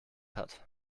hat